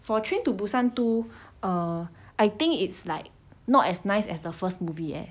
for train to busan two err I think it's like not as nice as the first movie eh